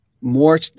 More